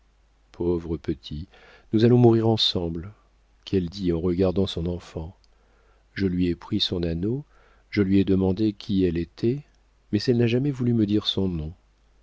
pauvre petit nous allons mourir ensemble qu'elle dit en regardant son enfant je lui ai pris son anneau je lui ai demandé qui elle était mais elle n'a jamais voulu me dire son nom